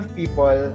people